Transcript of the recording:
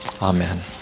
Amen